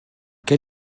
quel